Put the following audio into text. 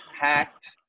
hacked